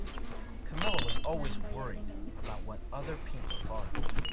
camilla was always worried about what other people thought of her.